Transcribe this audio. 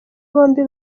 bombi